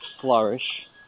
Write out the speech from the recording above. flourish